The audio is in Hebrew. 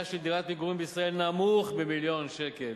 של דירת מגורים בישראל נמוך ממיליון שקל,